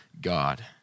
God